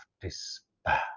despair